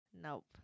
Nope